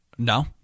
No